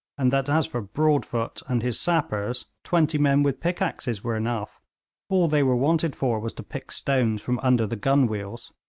and that as for broadfoot and his sappers, twenty men with pickaxes were enough all they were wanted for was to pick stones from under the gun wheels.